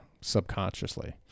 subconsciously